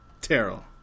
Terrell